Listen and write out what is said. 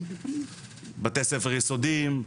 בתי ספר יסודיים,